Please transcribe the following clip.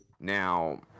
Now